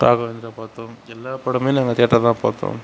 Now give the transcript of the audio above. ராகவேந்திரா பார்த்தோம் எல்லா படமே நாங்கள் தியேட்டரில் தான் பார்த்தோம்